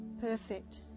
perfect